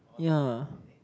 ya